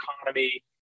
economy